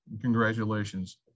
Congratulations